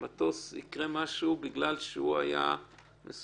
יקרה משהו למטוס בגלל שהוא היה מסומם,